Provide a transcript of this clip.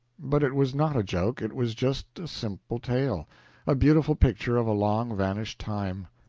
but it was not a joke, it was just a simple tale a beautiful picture of a long-vanished time.